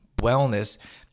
wellness